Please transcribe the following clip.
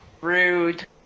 Rude